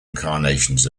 incarnations